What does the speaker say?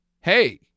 hey